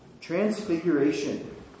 Transfiguration